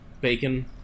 bacon